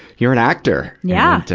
you're an actor. yeah!